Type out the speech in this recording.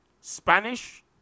Spanish